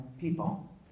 people